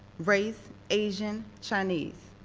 race, asian, chinese.